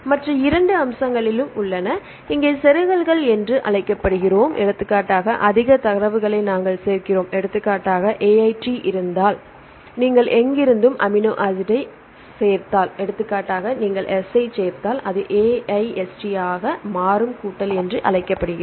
மற்ற இரண்டு அம்சங்களும் உள்ளன இங்கே செருகல்கள் என்று அழைக்கப்படுகிறோம் எடுத்துக்காட்டாக அதிக தரவுகளை நாங்கள் சேர்க்கிறோம் எடுத்துக்காட்டாக AIT இருந்தால் நீங்கள் எங்கிருந்தும் அமினோ ஆசிட்டை எங்கிருந்தும் சேர்த்தால் எடுத்துக்காட்டாக நீங்கள் S ஐச் சேர்த்தால் இது AIST ஆக மாறும் கூட்டல் என்று அழைக்கப்படுகிறது